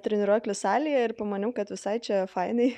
treniruoklių salėje ir pamaniau kad visai čia fainai